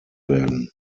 werden